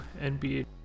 NBA